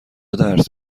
درس